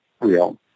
real